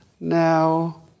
Now